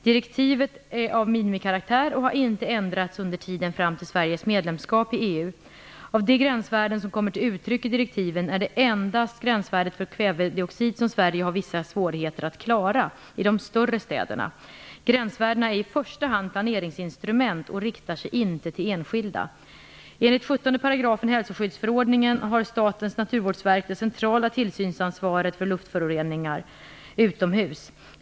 Direktiven är av minimikaraktär och har inte ändrats under tiden fram till Sveriges medlemskap i EU. Av de gränsvärden som kommer till uttryck i direktiven är det endast gränsvärdet för kvävedioxid som Sverige har vissa svårigheter att klara i de större städerna. Gränsvärdena är i första hand planeringsinstrument och riktar sig inte till enskilda. Enligt 17 § hälsoskyddsförordningen har Statens naturvårdsverk det centrala tillsynsansvaret för luftföroreningar utomhus.